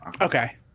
Okay